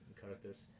characters